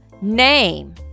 name